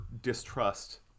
distrust